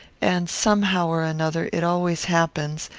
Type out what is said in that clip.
and, somehow or another, it always happens,